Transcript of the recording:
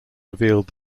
revealed